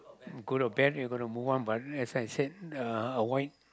go to band you have to move on but as I said uh avoid